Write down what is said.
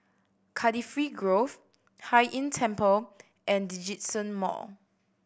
Cardifi Grove Hai Inn Temple and Djitsun Mall